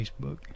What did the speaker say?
Facebook